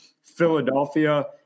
Philadelphia